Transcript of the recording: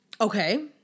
Okay